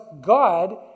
God